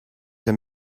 that